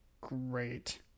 great